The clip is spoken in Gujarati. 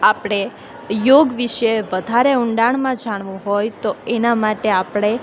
આપણે યોગ વિષે વધારે ઊંડાણમાં જાણવું હોય તો એનાં માટે આપણે